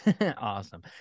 awesome